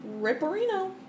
ripperino